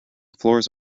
floors